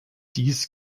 dies